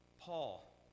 Paul